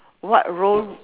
what role